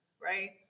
right